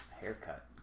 haircut